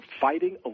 fighting